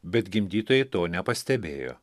bet gimdytojai to nepastebėjo